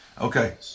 Okay